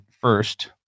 First